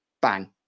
bang